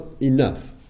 enough